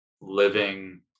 living